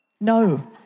No